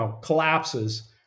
collapses